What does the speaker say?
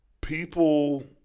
people